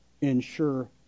ensure